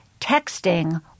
texting